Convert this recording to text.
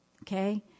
okay